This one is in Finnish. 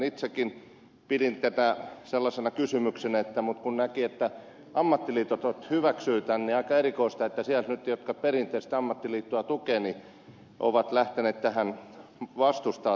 itsekin pidin tätä sellaisena kysymyksenä mutta kun näki että ammattiliitot ovat hyväksyneet tämän niin on aika erikoista että sieltä nyt ne jotka perinteistä ammattiliittoa tukevat ovat lähteneet vastustamaan tätä